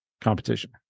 competition